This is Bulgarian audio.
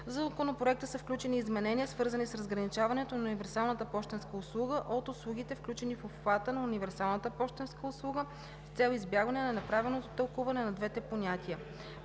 Законопроекта са включени изменения, свързани с разграничаването на универсалната пощенска услуга от услугите, включени в обхвата на универсалната пощенска услуга, с цел избягване на неправилното тълкуване на двете понятия.